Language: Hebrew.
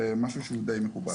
זה משהו שהוא די מקובל.